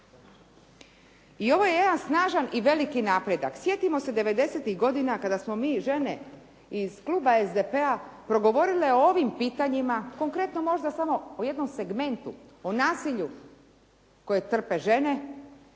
I ovo je jedan snažan i veliki napredak. Sjetimo se '90.-tih godina kada smo mi žene iz kluba SDP-a progovorile o ovim pitanjima, konkretno možda samo o jednom segmentu, o nasilju koje trpe žene.